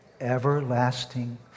everlasting